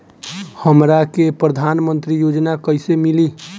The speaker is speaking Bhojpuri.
हमरा के प्रधानमंत्री योजना कईसे मिली?